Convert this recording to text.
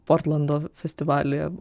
portlando festivalyje